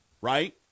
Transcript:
right